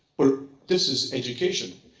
but this is education,